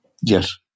Yes